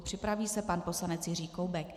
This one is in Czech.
Připraví se pan poslanec Jiří Koubek.